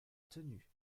tenue